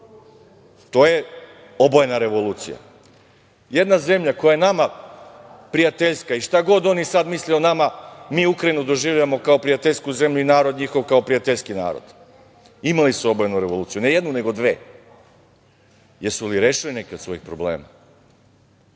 To je obojena revolucija. Jedna zemlja koja je nama prijateljska i šta god oni sad misle o nama, mi Ukrajinu doživljavamo kao prijateljsku zemlju i narod njihov kao prijateljski narod, imali su obojenu revoluciju, ne jednu nego dve. Jesu li rešili neki od svojih problema?